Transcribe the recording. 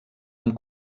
amb